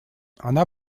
она